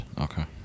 Okay